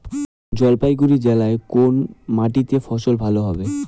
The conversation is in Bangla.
জলপাইগুড়ি জেলায় কোন মাটিতে ফসল ভালো হবে?